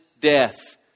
death